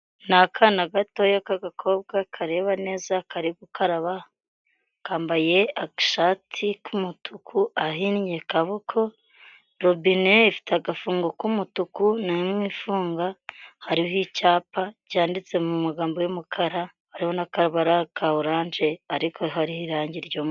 Na akana gatoya k'agakobwa kareba neza kari gukaraba kambaye agashati k'umutuku ahinnye kaboko robine ifite agafungo k'umutuku namwe ifunga hariho icyapa cyanditse mu magambo y'umukara hari n'akabara ka orange ariko hari irangi yt'umweru.